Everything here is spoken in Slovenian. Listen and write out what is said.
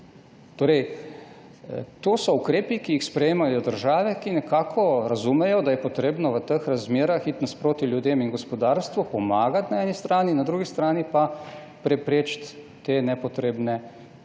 To so ukrepi, ki jih sprejemajo države, ki nekako razumejo, da je treba v teh razmerah iti naproti ljudem in gospodarstvu, pomagati na eni strani, na drugi strani pa preprečiti te nepotrebne špekulacije,